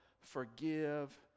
forgive